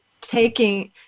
taking